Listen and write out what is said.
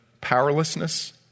powerlessness